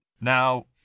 Now